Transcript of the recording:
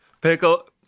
Pickle